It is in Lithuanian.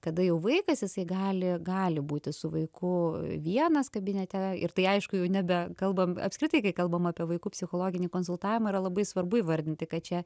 kada jau vaikas jisai gali gali būti su vaiku vienas kabinete ir tai aišku jau nebe kalbam apskritai kai kalbam apie vaikų psichologinį konsultavimą yra labai svarbu įvardinti kad čia